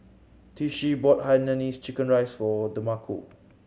Tishie bought Hainanese chicken rice for Demarco